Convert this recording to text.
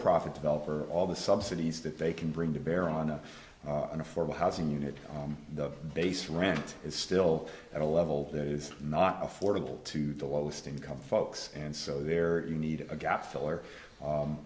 profit developer all the subsidies that they can bring to bear on a in a former housing unit the base rent is still at a level that is not affordable to the lowest income folks and so there you need a gap filler